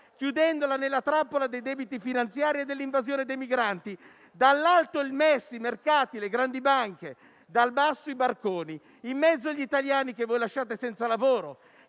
chiudendoli nella trappola dei debiti finanziari e dell'invasione dei migranti. Dall'alto il MES, i mercati, le grandi banche; dal basso, i barconi; in mezzo, gli italiani che lasciate senza lavoro,